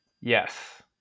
Yes